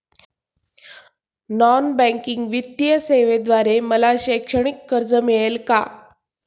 Non banking वित्तीय सेवेद्वारे मला शैक्षणिक कर्ज मिळेल का?